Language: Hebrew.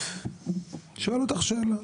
שואל אותך שאלה.